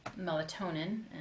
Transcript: melatonin